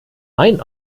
main